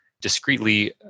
discreetly